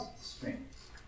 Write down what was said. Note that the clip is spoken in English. strength